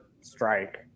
strike